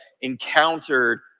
encountered